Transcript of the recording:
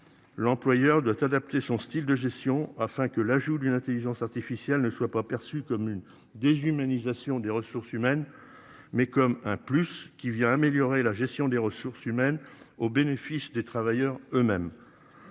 L'employeur doit adapter son Style de gestion afin que l'ajout d'une Intelligence artificielle ne soit pas perçue comme une déshumanisation des ressources humaines mais comme un plus qui vient améliorer la gestion des ressources humaines au bénéfice des travailleurs eux-mêmes.